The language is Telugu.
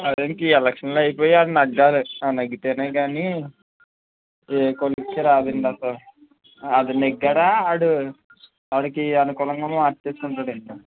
మరి ఇంక ఎలక్షన్లు అయిపోయి వాడు నెగ్గాలి వాడు నెగ్గితేనే కానీ ఏ కొలిక్కి రాదండి అసలు అది నెగ్గాడా వాడు వాడికి అనుకూలంగా మార్చేసుకుంటాడండి